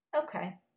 Okay